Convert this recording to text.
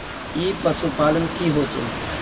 ई पशुपालन की होचे?